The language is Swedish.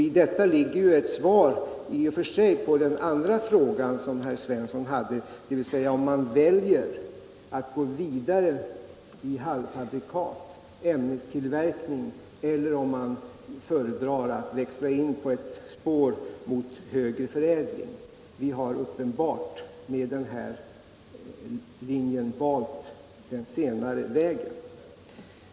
I dettå ligger i och för sig ett svar på den andra frågan som herr Svensson ställde, om vi väljer att gå vidare med halvfabrikat, ämnestillverkning, eller om vi föredrar att växla in på ett spår mot högre förädling. Vi har med den här linjen uppenbart valt den senare vägen.